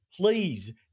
please